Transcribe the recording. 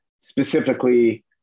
specifically